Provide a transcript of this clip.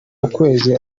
ukwezi